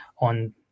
on